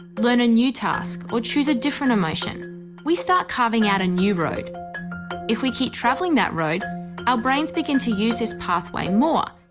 learn a new task, or choose a different emotion we start carving out a new road if we keep travelling that road our brains begin to use this pathway more,